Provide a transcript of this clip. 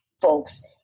folks